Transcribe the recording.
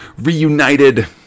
reunited